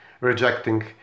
rejecting